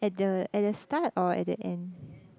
at the at the start or at the end